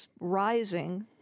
rising